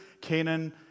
Canaan